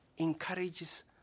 encourages